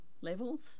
levels